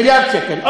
40%, מיליארד שקל.